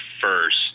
first